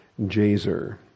Jazer